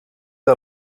der